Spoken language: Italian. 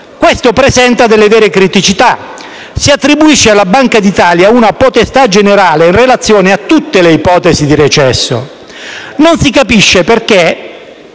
Questo presenta vere criticità: si attribuisce alla Banca d'Italia una potestà generale in relazione a tutte le ipotesi di recesso. Non si capisce perché